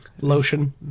Lotion